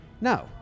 no